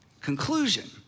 conclusion